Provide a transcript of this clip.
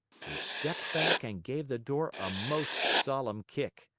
he stepped back and gave the door a most solemn kick.